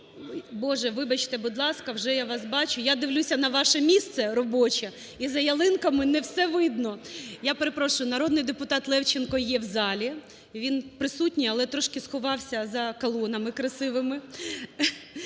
Боже, вибачте, будь ласка! Вже я вас бачу. Я дивлюся на ваше місце робоче - і за ялинками не все видно. Я перепрошую, народний депутат Левченко є в залі. Він присутній, але трошки сховався за колонами красивими.